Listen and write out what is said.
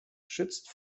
schützt